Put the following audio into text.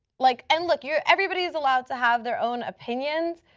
like, and look, yeah everybody is allowed to have their own opinion.